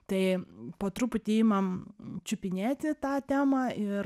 tai po truputį imam čiupinėti tą temą ir